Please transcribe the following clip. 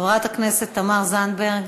חברת הכנסת תמר זנדברג,